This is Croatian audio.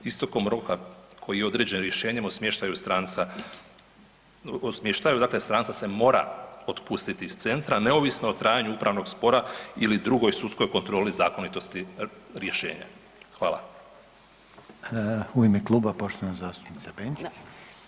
Istekom roka koji je određen rješenjem o smještaju stranca, smještaju dakle stranca se mora otpustiti iz centra neovisno o trajanju upravnog spora ili drugoj sudskoj kontroli zakonitosti rješenja.